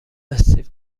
استیو